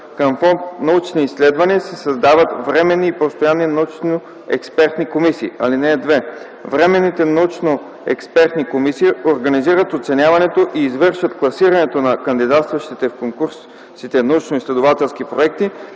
Към фонд „Научни изследвания" се създават временни и постоянни научно-експертни комисии. (2) Временните научно-експертни комисии организират оценяването и извършват класиране на кандидатстващите в конкурсите научноизследователски проекти